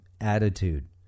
attitude